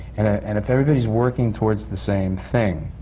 and if everybody's working towards the same thing,